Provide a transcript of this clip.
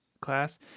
class